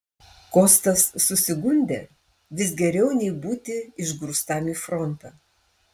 kostas susigundė vis geriau nei būti išgrūstam į frontą